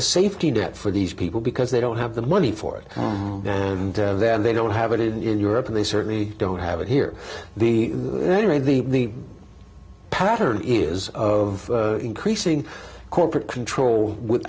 a safety net for these people because they don't have the money for it and then they don't have it in europe and they certainly don't have it here the way the pattern is of increasing corporate control with